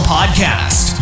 Podcast